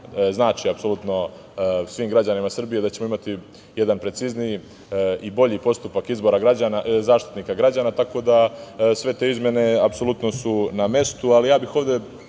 znači apsolutno svim građanima Srbije da ćemo imati jedan precizniji i bolji postupak izbora Zaštitnika građana, tako da sve te izmene apsolutno su na mestu, ali bih se